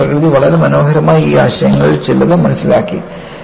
അതിനാൽ പ്രകൃതി വളരെ മനോഹരമായി ഈ ആശയങ്ങൾ ചിലത് മനസ്സിലാക്കി